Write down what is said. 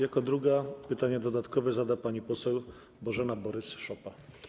Jako druga pytanie dodatkowe zada pani poseł Bożena Borys-Szopa.